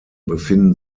befinden